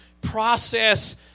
process